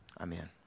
Amen